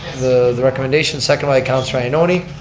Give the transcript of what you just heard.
the recommendation, seconded by councilor ioannoni.